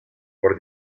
por